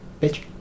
bitch